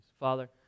Father